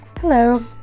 Hello